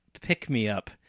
pick-me-up